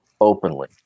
openly